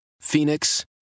Phoenix